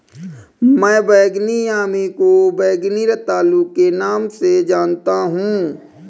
मैं बैंगनी यामी को बैंगनी रतालू के नाम से जानता हूं